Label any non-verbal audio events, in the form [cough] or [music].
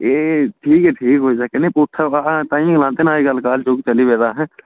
एह् ठीक ऐ ठीक ऐ कोई चक्कर नि पुट्ठा बाह् [unintelligible] अज्जकल जोग चली पेदा ऐ